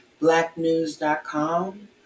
Blacknews.com